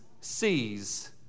sees